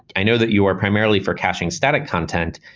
i know that you are primarily for caching static content.